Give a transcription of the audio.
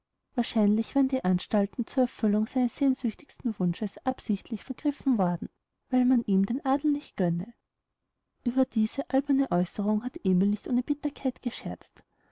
wahrscheinlich wären die anstalten zur erfüllung seines sehnsüchtigsten wunsches absichtlich vergriffen worden weil man ihm den adel nicht gönne ueber diese alberne aeußerung hat emil nicht ohne bitterkeit gescherzt